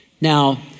Now